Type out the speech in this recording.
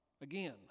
again